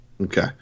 Okay